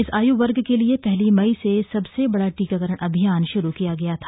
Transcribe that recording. इसआयुवर्ग के लिए पहली मई से सबसे बडा टीकाकरण अभियान शुरू किया गया था